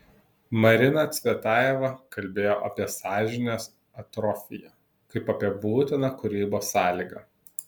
marina cvetajeva kalbėjo apie sąžinės atrofiją kaip apie būtiną kūrybos sąlygą